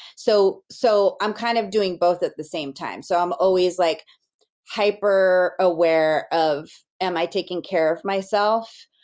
so so i'm kind of doing both at the same time, so i'm always like hyper aware of am i taking care of myself?